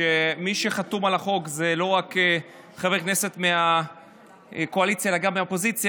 מי שחתום על החוק זה לא רק חברי כנסת מהקואליציה אלא גם מהאופוזיציה,